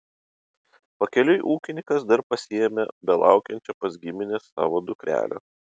pakeliui ūkininkas dar pasiėmė belaukiančią pas gimines savo dukrelę